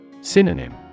Synonym